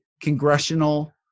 Congressional